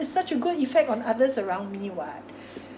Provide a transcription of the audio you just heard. it's such a good effect on others around me [what]